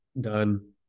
done